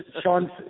Sean